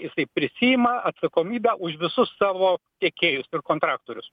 jisai prisiima atsakomybę už visus savo tiekėjus ir kontraktorius